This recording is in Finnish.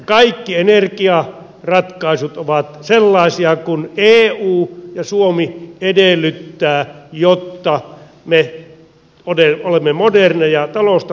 kaikki energiaratkaisut ovat sellaisia kuin eu ja suomi edellyttävät jotta me olemme moderneja talosta tulee moderni